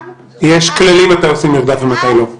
יש כללים מתי עושים מרדף ומתי לא.